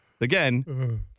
again